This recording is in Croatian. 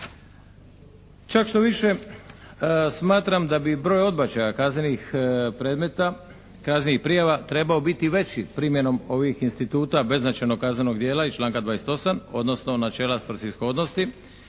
Čak štoviše smatram da bi broj odbačaja kaznenih predmeta, kaznenih prijava trebao biti veći primjenom ovih instituta beznačajnog kaznenog djela iz članka 28., odnosno načela svrsishodnosti